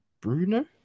Bruno